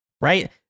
right